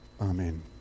Amen